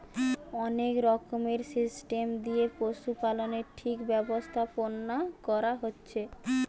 অনেক রকমের সিস্টেম দিয়ে পশুপালনের ঠিক ব্যবস্থাপোনা কোরা হচ্ছে